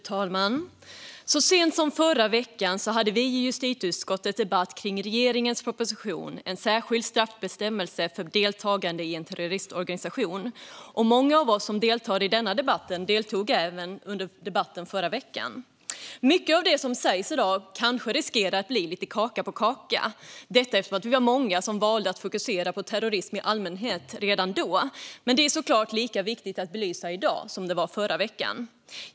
Fru talman! Så sent som i förra veckan hade vi i justitieutskottet en debatt om regeringens proposition En särskild straffbestämmelse för del tagande i en terroristorganisation . Många av oss som deltar i denna debatt deltog även under debatten i förra veckan. Mycket av det som sägs i dag riskerar att bli lite kaka på kaka eftersom många fokuserade på att prata om terrorism i allmänhet redan då, men det är såklart lika viktigt att belysa terrorism i dag som förra veckan.